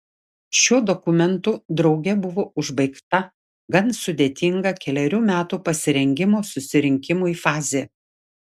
šiuo dokumentu drauge buvo užbaigta gan sudėtinga kelerių metų pasirengimo susirinkimui fazė